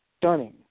stunning